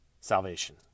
salvation